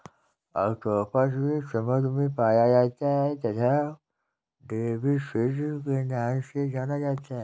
octopus भी समुद्र में पाया जाता है तथा डेविस फिश के नाम से जाना जाता है